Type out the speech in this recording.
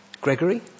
Gregory